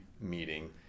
meeting